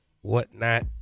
whatnot